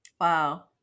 Wow